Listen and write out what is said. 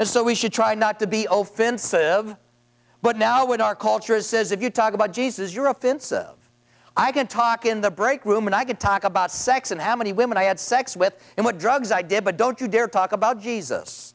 and so we should try not to be ofin but now with our culture says if you talk about jesus you're offensive i can talk in the break room and i can talk about sex and how many women i had sex with and what drugs i did but don't you dare talk about jesus